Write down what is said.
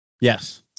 Yes